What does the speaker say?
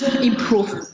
improve